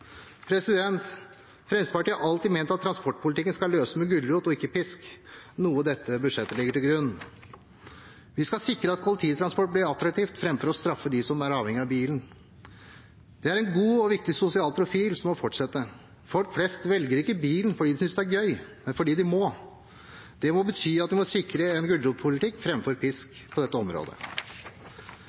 Fremskrittspartiet har alltid ment at transportpolitikken skal løses med gulrot og ikke pisk, noe dette budsjettet legger til grunn. Vi skal sikre at kollektivtransport blir attraktivt, framfor å straffe dem som er avhengige av bilen. Det er en god og viktig sosial profil, som må fortsette. Folk flest velger ikke bilen fordi de synes det er gøy, men fordi de må. Det må bety at vi må sikre en gulrotpolitikk framfor pisk på dette området.